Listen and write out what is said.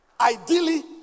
Ideally